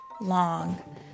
long